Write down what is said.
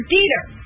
Dieter